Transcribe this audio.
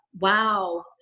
Wow